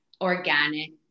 organic